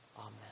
Amen